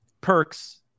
perks